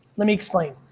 let me explain.